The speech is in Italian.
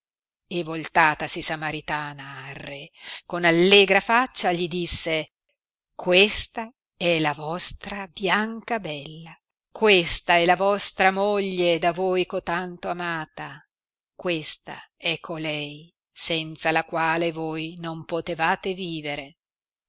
e voltatasi samaritana al re con allegra faccia gli disse questa è la vostra biancabella questa è la vostra moglie da voi cotanto amata questa è colei senza la quale voi non potevate vivere